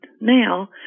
now